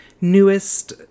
newest